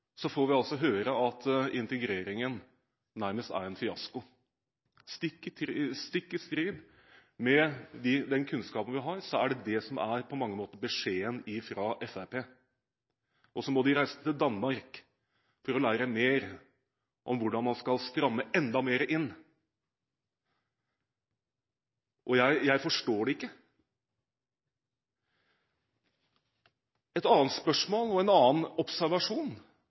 Så må de reise til Danmark for å lære mer om hvordan man skal stramme enda mer inn – jeg forstår det ikke. Et annet spørsmål, og en annen observasjon,